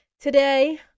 Today